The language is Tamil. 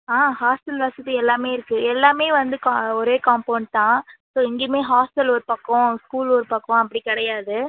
ஆ ஹாஸ்டல் வசதி எல்லாமே இருக்கு எல்லாமே வந்து கா ஒரே காம்போண்ட் தான் ஸோ இங்கேயுமே ஹாஸ்டல் ஒரு பக்கம் ஸ்கூல் ஒரு பக்கம் அப்படி கிடையாது